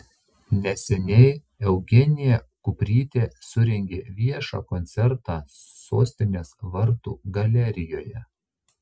neseniai eugenija kuprytė surengė viešą koncertą sostinės vartų galerijoje